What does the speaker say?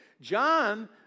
John